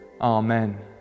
Amen